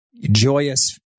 joyous